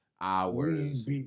Hours